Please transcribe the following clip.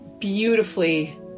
beautifully